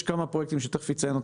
יש כמה פרויקטים שתכף אילן יציין,